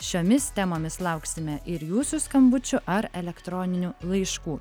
šiomis temomis lauksime ir jūsų skambučių ar elektroninių laiškų